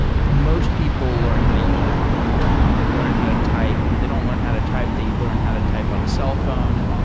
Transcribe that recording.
most people learn how to use a computer. they learn how to type. if they don't learn how to type, they learn how to type on a cellphone.